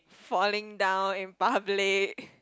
falling down in public